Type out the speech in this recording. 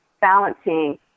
balancing